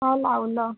हं लावलं